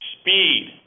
Speed